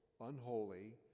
unholy